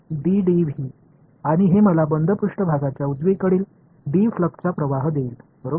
எனவே இது மூடிய மேற்பரப்பு D யின் ஃபிளக்ஸை கொடுக்கப் போகிறது